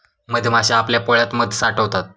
मधमाश्या आपल्या पोळ्यात मध साठवतात